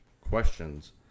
questions